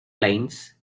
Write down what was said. lines